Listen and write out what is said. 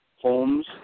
homes